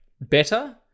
better